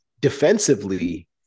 defensively